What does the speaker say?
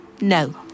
no